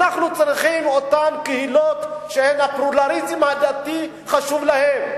אנחנו צריכים את אותן קהילות שהפלורליזם הדתי חשוב להן.